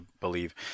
believe